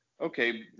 Okay